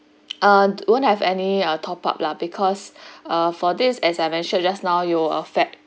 err won't have any uh top-up lah because uh for this as I mentioned just now you are fam~